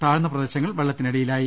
താഴ്ന്ന പ്രദേശങ്ങൾ വെള്ളത്തി നടിയിലായി